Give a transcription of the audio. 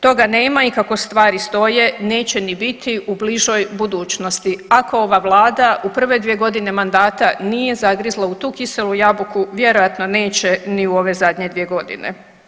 Toga nema i kako stvari stoje neće ni biti u bližoj budućnosti, ako ova vlada u prve dvije godine mandata nije zagrizla u tu kiselu jabuku vjerojatno neće ni u ove zadnje dvije godine.